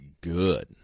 good